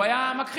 הוא היה מכחיש,